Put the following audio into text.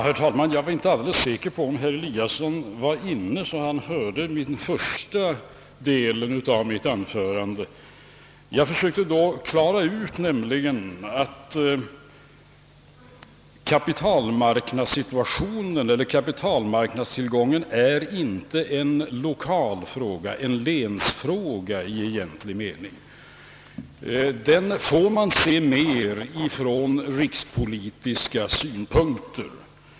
Herr talman! Jag vet inte alldeles säkert om herr Eliasson i Sundborn var inne i kammaren och kunde höra den första delen av mitt anförande. Jag försökte nämligen då förklara att kapitaltillgången inte är en lokal fråga eller 2n länsfråga i egentlig mening; det problemet får man se mera från rikspolitiska synpunkter.